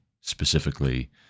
specifically